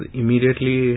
immediately